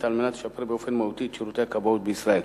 על מנת לשפר באופן מהותי את שירותי הכבאות בישראל.